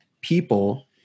people